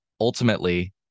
Ultimately